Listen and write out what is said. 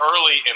early